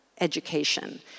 education